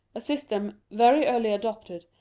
a system, very early adopted,